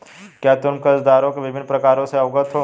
क्या तुम कर्जदारों के विभिन्न प्रकारों से अवगत हो?